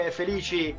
felici